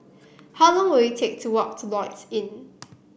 how long will it take to walk to Lloyds Inn